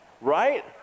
right